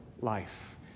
life